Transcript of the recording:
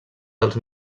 dels